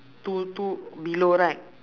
two two below right